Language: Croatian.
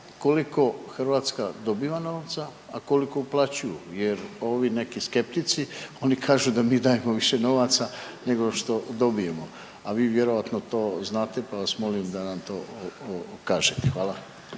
koliko Hrvatska dobiva novca, a koliko uplaćuju jer ovi neki skeptici oni kažu da mi dajemo više novaca nego što dobijemo, a vi vjerojatno to znate pa vas molim da nam to kažete. Hvala.